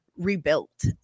Rebuilt